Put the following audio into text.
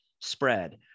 spread